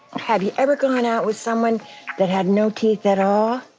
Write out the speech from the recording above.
have you ever gone out with someone that had no teeth at all?